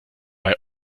bei